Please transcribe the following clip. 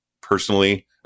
personally